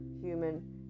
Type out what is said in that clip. human